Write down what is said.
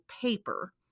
paper